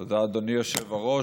תודה, אדוני היושב-ראש.